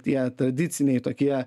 tie tradiciniai tokie